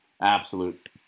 absolute